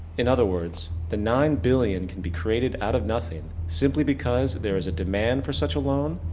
in other words, the nine billion can be created out of nothing. simply because there is a demand for such a loan,